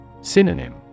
Synonym